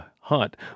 hunt